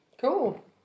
Cool